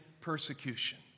persecution